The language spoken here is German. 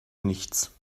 nichts